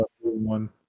one